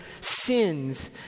sins